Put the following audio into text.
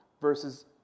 versus